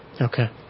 Okay